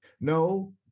No